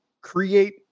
create